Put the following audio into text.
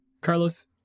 Carlos